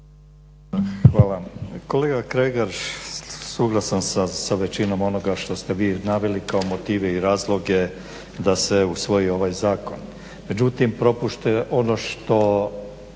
Hvala. Kolega Kregar suglasan sam sa većinom onoga što ste vi naveli kao motive i razloge da se usvoji ovaj zakon. Međutim propušteno je